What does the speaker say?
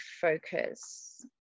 focus